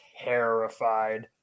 terrified